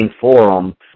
forum